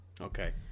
Okay